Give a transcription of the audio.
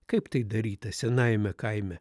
kaip tai daryta senajame kaime